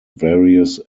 various